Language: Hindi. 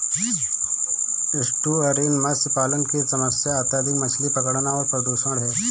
एस्टुअरीन मत्स्य पालन की समस्या अत्यधिक मछली पकड़ना और प्रदूषण है